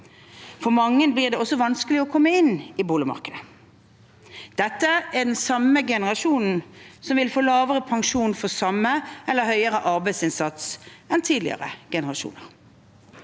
For mange blir det også vanskelig å komme inn på boligmarkedet. Dette er den samme generasjonen som vil få lavere pensjon for samme, eller høyere, arbeidsinnsats som tidligere generasjoner.